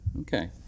okay